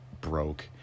broke